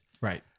right